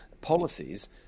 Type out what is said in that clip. policies